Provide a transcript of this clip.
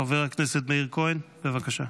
חבר הכנסת מאיר כהן, בבקשה.